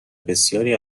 بسیاری